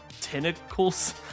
tentacles